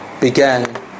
began